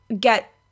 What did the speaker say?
get